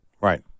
Right